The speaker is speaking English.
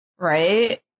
Right